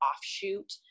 offshoot